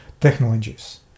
technologies